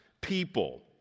people